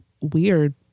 weird